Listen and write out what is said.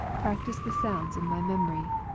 practise the sounds in my memory.